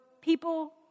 people